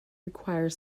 require